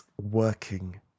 working